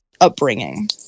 upbringing